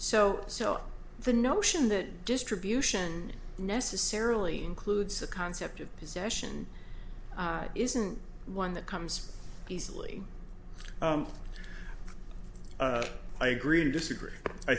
so so the notion that distribution necessarily includes the concept of possession isn't one that comes easily i agree to disagree